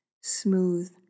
smooth